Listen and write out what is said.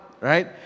right